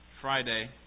Friday